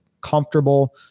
comfortable